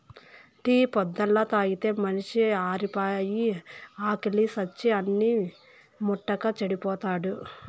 tea పొద్దల్లా తాగితే మనిషి ఆరిపాయి, ఆకిలి సచ్చి అన్నిం ముట్టక చెడిపోతాడు